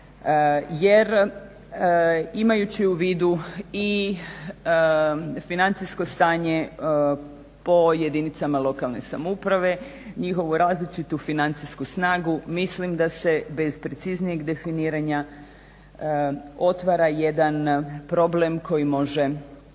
Jer imajući u vidu i financijsko stanje po jedinicama lokalne samouprave, njihovu različitu financijsku snagu mislim da se bez preciznijeg definiranja otvara jedan problem koji može